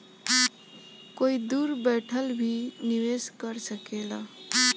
कोई दूर बैठल भी निवेश कर सकेला